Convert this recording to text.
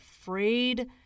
afraid